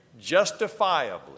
justifiably